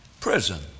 Prison